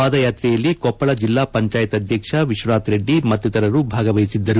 ಪಾದಯಾತ್ರೆಯಲ್ಲಿ ಕೊಪ್ಪಳ ಜಿಲ್ಲಾ ಪಂಚಾಯತಿ ಅಧ್ಯಕ್ಷ ವಿಶ್ವನಾಥರೆಡ್ಡಿ ಮತ್ತಿತರರು ಭಾಗವಹಿಸಿದ್ದರು